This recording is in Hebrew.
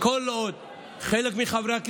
כל עוד חלק מחברי הכנסת,